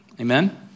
Amen